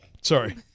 Sorry